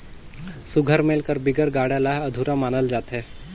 सुग्घर मेल कर बिगर गाड़ा ल अधुरा मानल जाथे